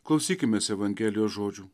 klausykimės evangelijos žodžių